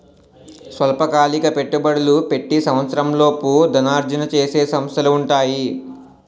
స్వల్పకాలిక పెట్టుబడులు పెట్టి సంవత్సరంలోపు ధనార్జన చేసే సంస్థలు ఉంటాయి